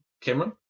Cameron